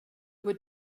would